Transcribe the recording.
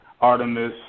Artemis